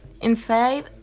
Inside